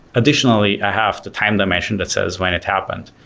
additionally i have the time dimension that says when it happened.